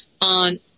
on